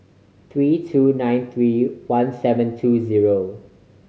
three two nine three one seven two zero